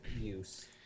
use